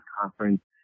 Conference